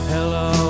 Hello